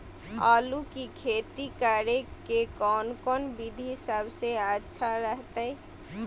आलू की खेती करें के कौन कौन विधि सबसे अच्छा रहतय?